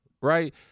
right